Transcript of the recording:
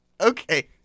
Okay